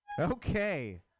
Okay